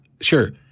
Sure